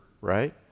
right